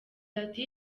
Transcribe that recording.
ati